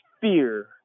fear